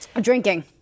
Drinking